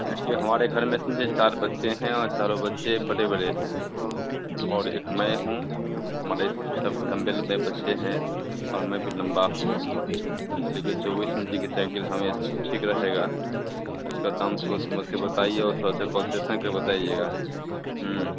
देखिए हमारे घर में समझे चार बच्चे हैं और चारो बच्चे बड़े बड़े हैं और एक मैं हूँ मतलब सब लंबे लंबे बच्चे हैं और मैं भी लम्बा हूँ इसलिए कि चौबीस इंची की साइकिल हमें ठीक रहेगा उसका दाम सोच समझ कर बताइए और थोड़ा सा कॉन्सेशन कर के बताइएगा